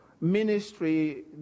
ministry